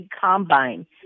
combine